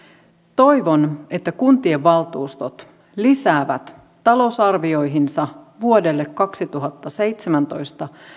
toivon että kuntien valtuustot lisäävät talousarvioihinsa vuodelle kaksituhattaseitsemäntoista